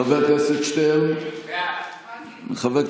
חברת